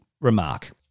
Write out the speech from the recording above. remark